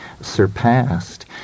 surpassed